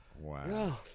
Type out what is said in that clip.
Wow